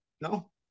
No